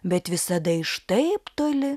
bet visada iš taip toli